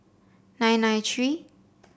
nine nine three